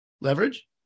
leverage